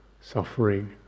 suffering